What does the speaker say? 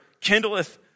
kindleth